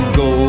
go